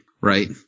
right